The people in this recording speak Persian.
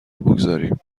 بگذاریم